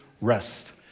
rest